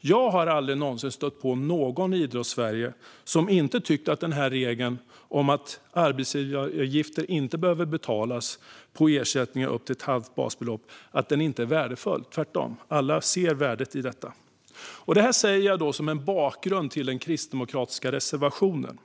Jag har aldrig någonsin stött på någon inom Idrottssverige som inte tyckt att regeln om att arbetsgivaravgifter inte behöver betalas på ersättningar upp till ett halvt basbelopp är värdefull, tvärtom. Alla ser värdet i detta. Jag säger detta som en bakgrund till den kristdemokratiska reservationen.